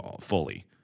fully